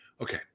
Okay